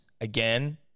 Again